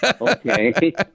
Okay